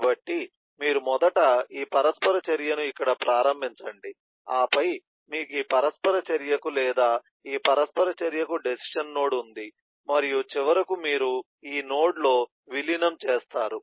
కాబట్టి మీరు మొదట ఈ పరస్పర చర్యను ఇక్కడ ప్రారంభించండి ఆపై మీకు ఈ పరస్పర చర్యకు లేదా ఈ పరస్పర చర్యకు డెసిషన్ నోడ్ ఉంది మరియు చివరకు మీరు ఈ నోడ్లో విలీనం చేస్తారు